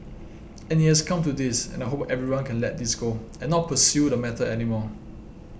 and it has come to this and I hope everyone can let this go and not pursue the matter anymore